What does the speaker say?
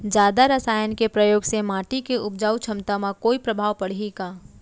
जादा रसायन के प्रयोग से माटी के उपजाऊ क्षमता म कोई प्रभाव पड़ही का?